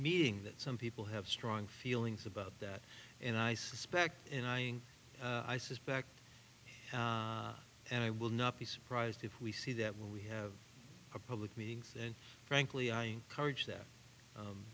meeting that some people have strong feelings about that and i suspect and eyeing i suspect and i will not be surprised if we see that when we have a public meetings and frankly i encourage that